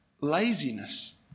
laziness